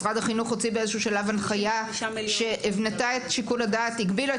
משרד החינוך הוציא באיזשהו שלב הנחייה שהבנתה את שיקול הדעת,